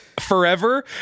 forever